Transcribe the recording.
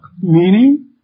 Meaning